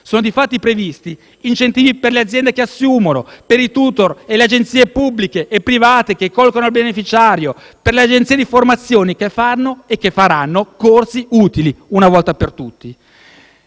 Sono infatti previsti incentivi per le aziende che assumono, per i *tutor* e le agenzie pubbliche e private che collocano il beneficiario, per le agenzie di formazione che fanno e faranno corsi utili, una volta per tutte.